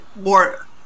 more